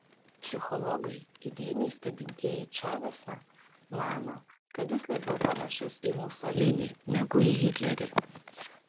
psichologai įdėmiai stebintieji čavesą mano kad jis labiau panašus į musolinį negu į hitlerį